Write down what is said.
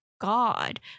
God